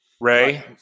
Ray